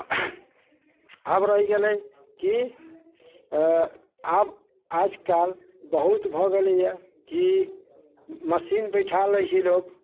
आब रहि गेलै कि अऽ आब आज काल्हि बहुत भऽ गेलैए कि मशीन बैठा लै छै लोक